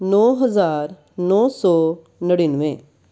ਨੌ ਹਜ਼ਾਰ ਨੌ ਸੌ ਨੜਿਨਵੇਂ